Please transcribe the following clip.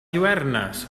lluernes